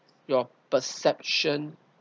your perception